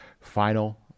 final